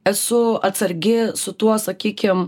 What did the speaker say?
esu atsargi su tuo sakykim